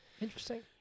Interesting